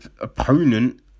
opponent